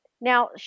Now